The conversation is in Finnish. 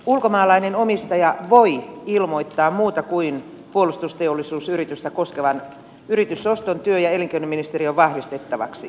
ulkomainen omistaja voi ilmoittaa muuta kuin puolustusteollisuusyritystä koskevan yritysoston työ ja elinkeinoministeriön vahvistettavaksi